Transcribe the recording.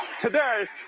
Today